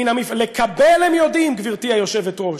לקבל הם יודעים, גברתי היושבת-ראש.